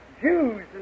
Jews